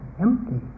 empty